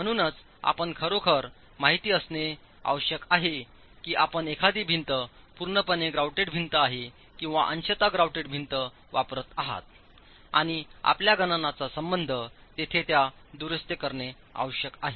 म्हणूनच आपण खरोखर माहिती असणे आवश्यक आहे की आपण एखादी भिंत पूर्णपणे ग्राउटेड भिंत आहे किंवा अंशतः ग्राउटेड भिंत वापरत आहात आणि आपल्या गणनाचा संबंध तेथे त्या दुरुस्त्या करणे आवश्यक आहे